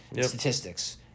Statistics